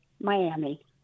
Miami